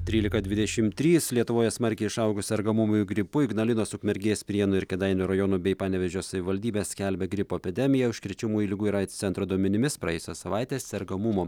trylika dvidešimt trys lietuvoje smarkiai išaugus sergamumui gripu ignalinos ukmergės prienų ir kėdainių rajonų bei panevėžio savivaldybė skelbia gripo epidemiją užkrečiamųjų ligų ir aids centro duomenimis praėjusią savaitę sergamumo